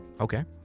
Okay